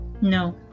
no